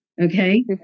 okay